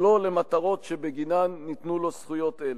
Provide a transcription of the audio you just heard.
שלא למטרות שבגינן ניתנו לו זכויות אלה.